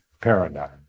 paradigm